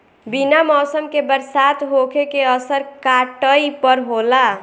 बिना मौसम के बरसात होखे के असर काटई पर होला